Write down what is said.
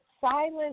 silence